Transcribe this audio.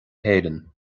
héireann